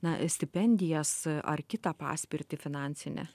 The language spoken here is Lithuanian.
na stipendijas ar kitą paspirtį finansinę